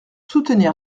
soutenir